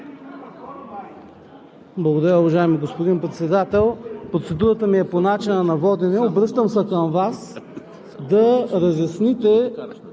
Благодаря, уважаеми господин Председател. Процедурата ми е по начина на водене. Обръщам се към Вас да разясните